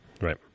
right